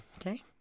Okay